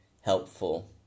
helpful